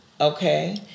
okay